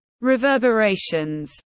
reverberations